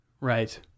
Right